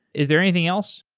is there anything else?